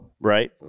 right